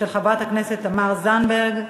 של חברת הכנסת תמר זנדברג.